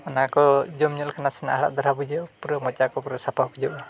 ᱚᱱᱟ ᱠᱚ ᱡᱚᱢ ᱧᱚᱜ ᱞᱮᱠᱷᱟᱡ ᱱᱟᱥᱮᱱᱟᱜ ᱦᱟᱲᱦᱟᱫ ᱫᱷᱟᱨᱟ ᱵᱩᱡᱷᱟᱹᱜᱼᱟ ᱯᱩᱨᱟᱹ ᱢᱚᱪᱟ ᱠᱚ ᱯᱩᱨᱟᱹ ᱥᱟᱯᱷᱟ ᱵᱩᱡᱷᱟᱹᱜᱼᱟ